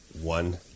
one